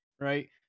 right